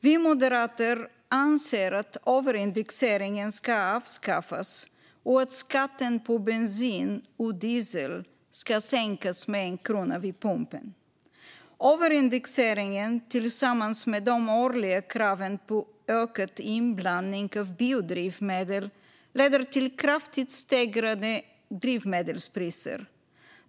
Vi moderater anser att överindexeringen ska avskaffas och att skatten på bensin och diesel ska sänkas med 1 krona vid pumpen. Överindexeringen tillsammans med de årliga kraven på ökad inblandning av biodrivmedel leder till kraftigt stegrade drivmedelspriser.